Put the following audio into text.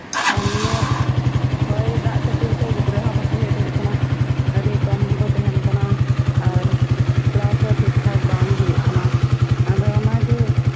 ᱟᱨ ᱱᱤᱭᱟᱹ ᱦᱚᱭ ᱫᱟᱜ ᱠᱷᱟᱹᱛᱤᱨᱛᱮ ᱜᱤᱫᱽᱨᱟᱹ ᱦᱚᱸ ᱵᱟᱠᱚ ᱦᱮᱡ ᱫᱟᱲᱮᱭᱟᱜ ᱠᱟᱱᱟ ᱟᱹᱰᱤ ᱠᱚᱢ ᱠᱚ ᱛᱟᱸᱦᱮᱱ ᱠᱟᱱᱟ ᱟᱨ ᱠᱮᱞᱟᱥ ᱦᱚᱸ ᱴᱷᱤᱠ ᱴᱷᱟᱠ ᱵᱟᱝ ᱦᱩᱭᱩᱜ ᱠᱟᱱᱟ ᱟᱫᱚ ᱚᱱᱟᱜᱮ